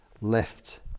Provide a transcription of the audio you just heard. left